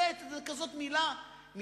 "flat" זו כזו מלה יפהפיה,